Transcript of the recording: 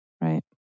right